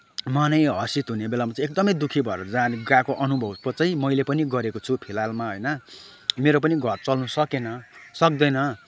मनै हर्षित हुने बेलामा चाहिँ एकदम दुःखी भएर जाने गएको अनुभवको चाहिँ मैले पनि गरेको छु फिलहालमा होइन मेरो पनि घर चल्न सकेन सक्दैन